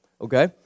okay